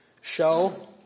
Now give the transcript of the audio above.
show